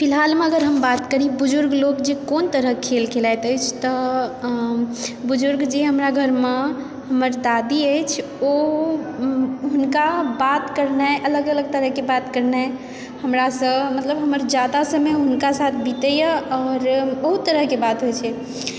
फिलहालमे अगर हम बात करी बुजुर्ग लोक जे कोन तरहक खेल खेलाइत अछि तऽ बुजुर्ग जे हमरा घरमे हमर दादी अछि ओ हुनका बात करनाइ अलग अलग तरहकेँ बात करनाइ हमरासंँ मतलब हमर जादा समय हुनका साथ बीतैया आओर बहुत तरहकेँ बात होइत छै